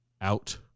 out